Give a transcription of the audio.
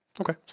Okay